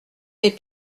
des